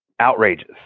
Outrageous